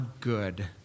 good